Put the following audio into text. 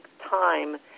time